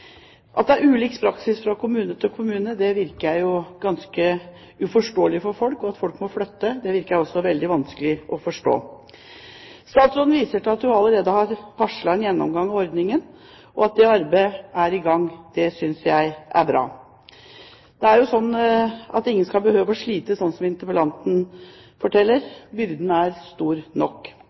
At det er ulik praksis fra kommune til kommune, virker jo ganske uforståelig for folk, og at folk må flytte, virker også veldig vanskelig å forstå. Statsråden viser til at hun allerede har varslet en gjennomgang av ordningen, og at det arbeidet er i gang, synes jeg er bra. Det er jo slik at ingen skal behøve å slite, slik som interpellanten forteller om. Byrden er stor nok.